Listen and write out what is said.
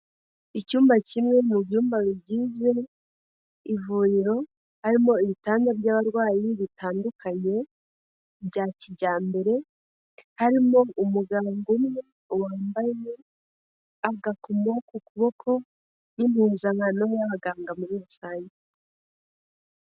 Icyumba kimwe mu byumba bigize ivuriro, harimo ibitanda by'abarwayi bitandukanye bya kijyambere, harimo umuganga umwe wambaye agakomo ku kuboko n'impuzankano y'abaganga muri rusange.